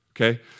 Okay